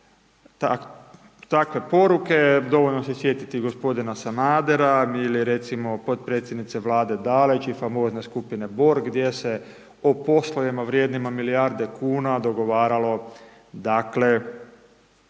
takve poruke, dovoljno se sjetiti gospodina Sanadera ili recimo potpredsjednice Vlade Dalić i famozne skupine Borg gdje se o poslovima vrijednima milijarde kuna dogovaralo dakle